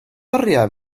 oriau